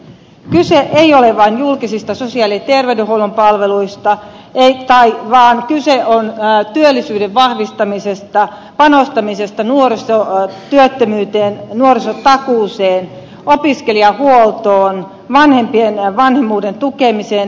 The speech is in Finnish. kyse ei ole vain julkisista sosiaali ja terveydenhuollon palveluista vaan kyse on työllisyyden vahvistamisesta panostamisesta nuorisotyöttömyyteen nuorisotakuuseen opiskelijahuoltoon vanhempien vanhemmuuden tukemiseen